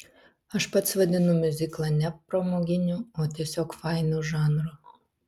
aš pats vadinu miuziklą ne pramoginiu o tiesiog fainu žanru